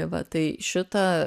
tai va tai šitą